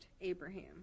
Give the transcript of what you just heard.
Abraham